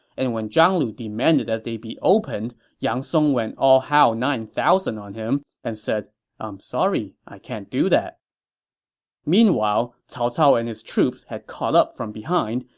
and when zhang lu demanded that they be opened, yang song went all hal nine thousand on him and said i'm sorry, i can't do that meanwhile, cao cao and his troops had caught up from behind,